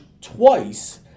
twice